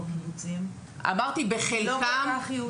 אמרתי בחלקם.